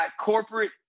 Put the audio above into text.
Corporate